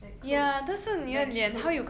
like clothes baggy clothes